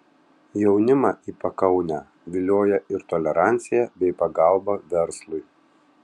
jaunimą į pakaunę vilioja ir tolerancija bei pagalba verslui